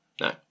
No